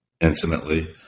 intimately